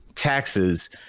taxes